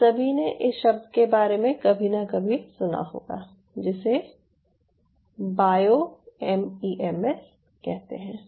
आप सभी ने इस शब्द के बारे में कभी ना कभी सुना होगा जिसे बायो एमईएमएस कहते हैं